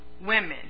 women